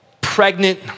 pregnant